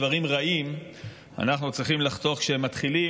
דברים רעים אנחנו צריכים לחתוך כשהם מתחילים,